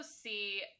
see